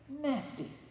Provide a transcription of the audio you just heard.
nasty